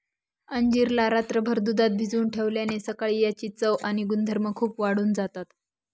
अंजीर ला रात्रभर दुधात भिजवून ठेवल्याने सकाळी याची चव आणि गुणधर्म खूप वाढून जातात